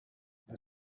the